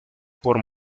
por